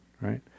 right